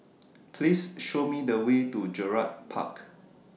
Please Show Me The Way to Gerald Park